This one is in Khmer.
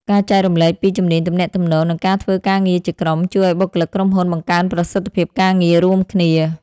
ការចែករំលែកពី ជំនាញទំនាក់ទំនង និងការធ្វើការងារជាក្រុម ជួយឱ្យបុគ្គលិកក្រុមហ៊ុនបង្កើនប្រសិទ្ធភាពការងាររួមគ្នា។